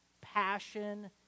passion